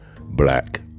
black